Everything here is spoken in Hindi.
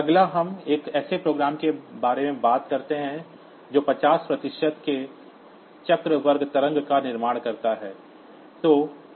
अगला हम एक ऐसे प्रोग्राम के बारे में बात करते हैं जो 50 प्रतिशत के चक्र वर्ग तरंग का निर्माण करता है